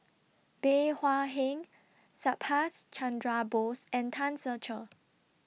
Bey Hua Heng Subhas Chandra Bose and Tan Ser Cher